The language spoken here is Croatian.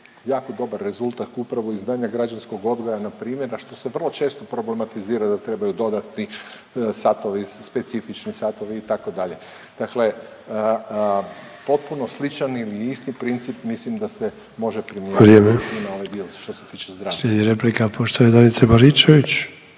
jako dobar rezultat upravo iz znanja građanskog odgoja na primjer, a što se vrlo često problematizira da trebaju dodatni satovi specifični satovi itd.. Dakle, potpuno sličan ili isti princip mislim da se može …/Upadica Sanader: Vrijeme./… primijeniti i na ovaj dio što se tiče zdravlja.